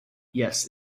yes